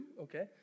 okay